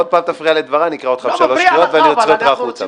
עוד פעם תפריע לדבריי אני אקרא אותך שלוש קריאות ואני אוציא אותך החוצה.